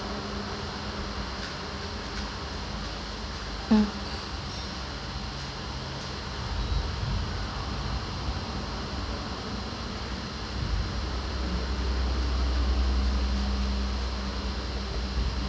mm